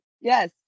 Yes